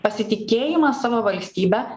pasitikėjimas savo valstybe